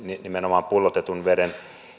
nimenomaan pullotetun veden